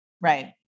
Right